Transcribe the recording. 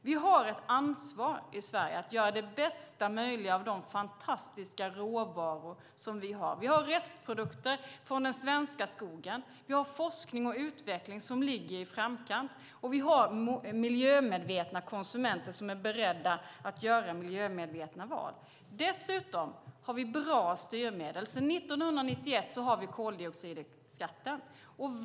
Vi har ett ansvar i Sverige att göra det bästa möjliga av de fantastiska råvaror vi har. Vi har restprodukter från den svenska skogen. Vi har forskning och utveckling som ligger i framkant, och vi har miljömedvetna konsumenter som är beredda att göra miljömedvetna val. Dessutom har vi bra styrmedel. Sedan 1991 har vi koldioxidskatten.